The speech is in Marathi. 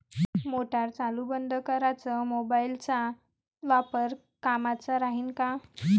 मोटार चालू बंद कराच मोबाईलचा वापर कामाचा राहीन का?